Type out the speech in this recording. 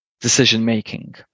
decision-making